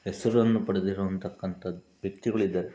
ಹೆಸರನ್ನು ಪಡೆದಿರುವಂಥಕ್ಕಂಥ ವ್ಯಕ್ತಿಗಳು ಇದ್ದಾರೆ